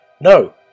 No